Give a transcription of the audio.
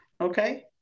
okay